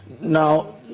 Now